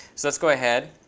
so let's go ahead.